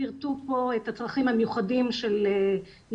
כשמדובר בנוער או